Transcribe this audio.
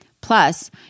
Plus